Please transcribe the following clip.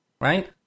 Right